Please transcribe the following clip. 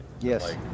Yes